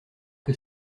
que